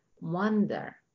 wonder